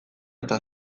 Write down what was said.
eta